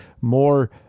more